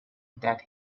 that